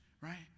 right